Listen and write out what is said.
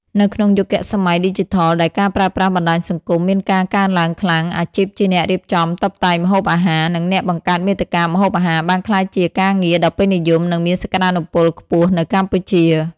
នៅក្នុងយុគសម័យឌីជីថលដែលការប្រើប្រាស់បណ្តាញសង្គមមានការកើនឡើងខ្លាំង អាជីពជាអ្នករៀបចំតុបតែងម្ហូបអាហារ និងអ្នកបង្កើតមាតិកាម្ហូបអាហារ បានក្លាយជាការងារដ៏ពេញនិយម និងមានសក្តានុពលខ្ពស់នៅកម្ពុជា។